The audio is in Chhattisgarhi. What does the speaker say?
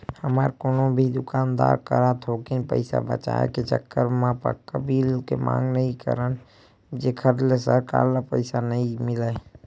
हमन कोनो भी दुकानदार करा थोकिन पइसा बचाए के चक्कर म पक्का बिल के मांग नइ करन जेखर ले सरकार ल पइसा नइ मिलय